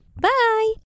Bye